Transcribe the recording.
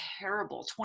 terrible